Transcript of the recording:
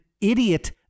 idiot